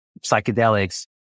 psychedelics